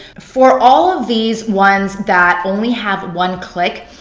for all of these ones that only have one click,